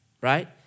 right